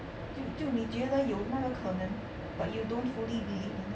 就就你觉得有那个可能 but you don't fully believe in it